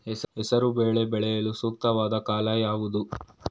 ಹೆಸರು ಬೇಳೆ ಬೆಳೆಯಲು ಸೂಕ್ತವಾದ ಕಾಲ ಯಾವುದು?